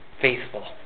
faithful